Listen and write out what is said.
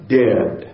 dead